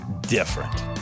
different